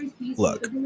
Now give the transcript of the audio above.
look